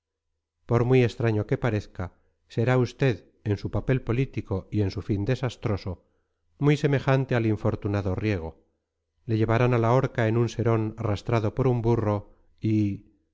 por muy extraño que parezca será usted en su papel político y en su fin desastroso muy semejante al infortunado riego le llevarán a la horca en un serón arrastrado por un burro y